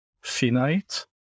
finite